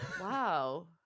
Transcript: wow